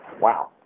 Wow